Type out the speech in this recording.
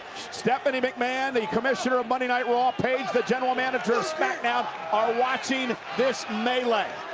stephanie mcmahon, the commissioner of monday night raw page, the general manager of smacdown are watching this melee.